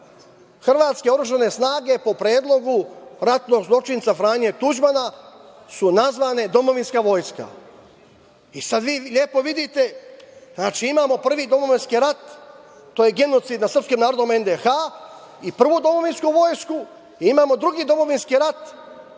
hrvatske oružane snage su, po predlogu ratnog zločinca Franje Tuđmana, nazvane „domovinska vojska“. I sada vi lepo vidite, znači, imamo prvi domovinski rat, to je genocid nad srpskim narodom NDH i prvu domovinsku vojsku, imamo drugi domovinski rat